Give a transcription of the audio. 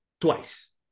twice